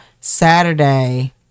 Saturday